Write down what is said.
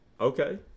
Okay